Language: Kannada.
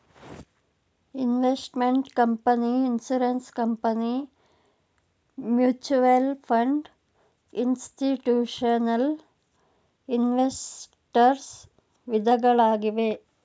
investment company, insurance company, mutual fund, institutional investors ವಿಧಗಳಾಗಿವೆ